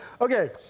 Okay